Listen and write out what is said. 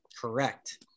correct